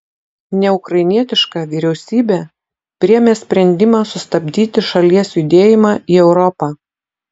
neukrainietiška vyriausybė priėmė sprendimą sustabdyti šalies judėjimą į europą